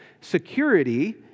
security